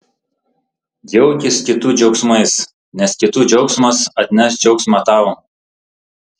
džiaukis kitų džiaugsmais nes kitų džiaugsmas atneš džiaugsmą tau